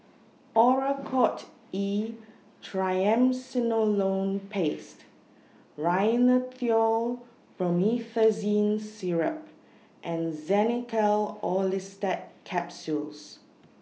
Oracort E Triamcinolone Paste Rhinathiol Promethazine Syrup and Xenical Orlistat Capsules